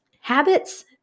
habits